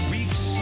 Weeks